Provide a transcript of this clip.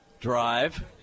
drive